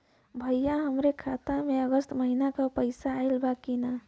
भईया हमरे खाता में अगस्त महीना क पैसा आईल बा की ना?